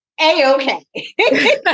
a-okay